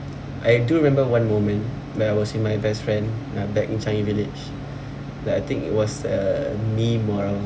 I do remember one moment when I was with my best friend ah back in changi village that I think it was a